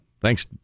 Thanks